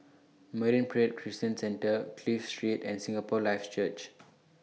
Marine Parade Christian Centre Clive Street and Singapore Life Church